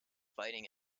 fighting